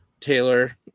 Taylor